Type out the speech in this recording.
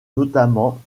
notamment